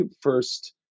first